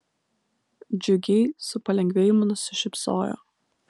džiugiai su palengvėjimu nusišypsojo